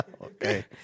Okay